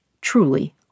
truly